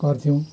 गर्थ्यौँ